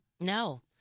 No